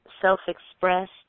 self-expressed